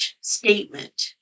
statement